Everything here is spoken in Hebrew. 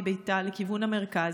מביתה לכיוון המרכז,